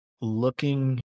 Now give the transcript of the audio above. looking